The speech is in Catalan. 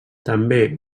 també